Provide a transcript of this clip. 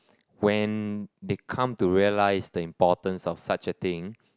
when they come to realise the importance of such a thing